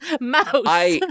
Mouse